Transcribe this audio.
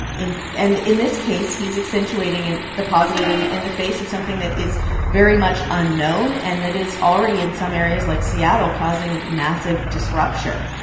and in and in this case, he's accentuating the positive in in the face of something that is very much unknown and that is already in some areas like seattle causing massive disruption.